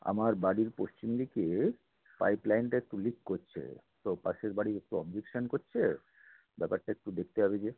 আমার বাড়ির পশ্চিম দিকে পাইপ লাইনটা একটু লিক করছে তো পাশের বাড়ি একটু অবজেকশান করছে ব্যাপারটা একটু দেখতে হবে যে